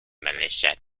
militia